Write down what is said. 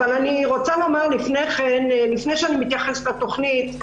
אבל אני רוצה לומר לפני שאני מתייחסת לתוכנית,